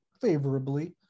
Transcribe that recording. favorably